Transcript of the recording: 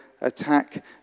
attack